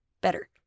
Better